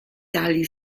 tali